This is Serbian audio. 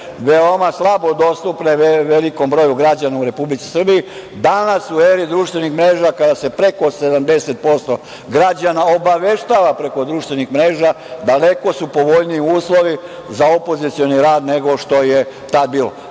veoma slabo dostupne velikom broju građana u Republici Srbiji. Danas, u eri društvenih mreža, kada se preko 70% građana obaveštava preko društvenih mreža, daleko su povoljniji uslovi za opozicioni rad nego što je tada bilo.